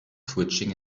switching